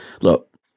look